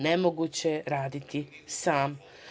Nemoguće je raditi sam.